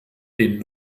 den